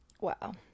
wow